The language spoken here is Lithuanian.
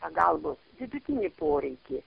pagalbos vidutinį poreikį